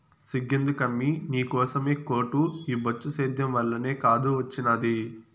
సిగ్గెందుకమ్మీ నీకోసమే కోటు ఈ బొచ్చు సేద్యం వల్లనే కాదూ ఒచ్చినాది